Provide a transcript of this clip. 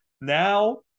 Now